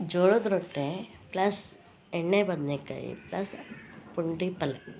ಜೋಳದ ರೊಟ್ಟೆ ಪ್ಲಸ್ ಎಣ್ಣೆ ಬದನೇಕಾಯಿ ಪ್ಲಸ್ ಪುಂಡಿ ಪಲ್ಲೆ